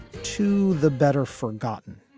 to the better forgotten